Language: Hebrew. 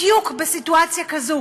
בדיוק בסיטואציה כזאת